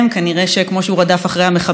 כנראה שכמו שהוא רדף אחרי המחבל,